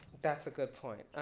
that's a good point.